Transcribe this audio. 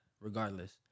regardless